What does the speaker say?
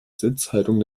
sitzhaltung